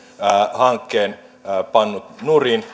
hankkeen pannut nurin